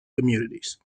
communities